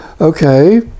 Okay